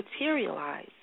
materialize